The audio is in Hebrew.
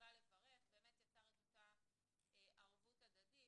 יצר את אותה ערבות הדדית,